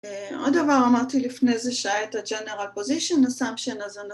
עוד דבר אמרתי לפני איזה שעה את הג'נרל פוזיישן הסאמפשן אז אנחנו